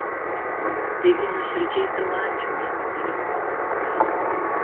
taigi nuoširdžiai tau ačiū už patarimus hari